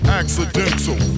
accidental